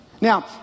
Now